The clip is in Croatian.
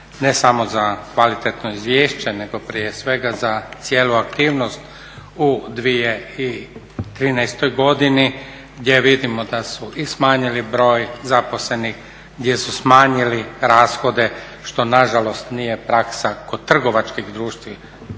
ne samo za kvalitetno izvješće nego prije svega za cijelu aktivnost u 2013. godini gdje vidimo da su i smanjili broj zaposlenih, gdje su smanjili rashode što nažalost nije praksa kod trgovačkih društava